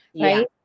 right